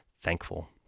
thankful